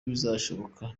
bizashoboka